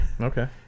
Okay